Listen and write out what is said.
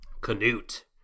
Canute